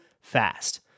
fast